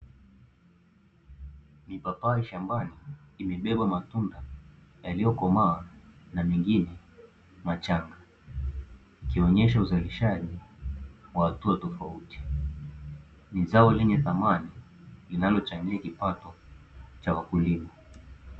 Mipapai shambani imebeba matunda yaliyokomaa, na mengine machanga ikionyesha uzalishaji wa hatua tofauti, ni zao lenye thamani linalochangia kipato cha wakulima.